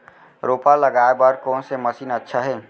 रोपा लगाय बर कोन से मशीन अच्छा हे?